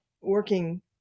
working